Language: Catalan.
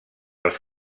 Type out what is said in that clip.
els